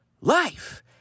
life